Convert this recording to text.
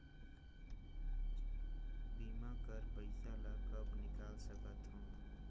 बीमा कर पइसा ला कब निकाल सकत हो?